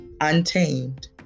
untamed